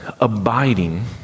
abiding